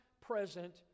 present